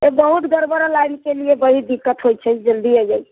बहुत गड़बड़ लाइन के लिए बड़ी दिक्कत होइ छै जल्दी अइयै